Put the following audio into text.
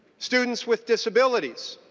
students with disabilities.